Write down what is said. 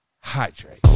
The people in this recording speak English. hydrate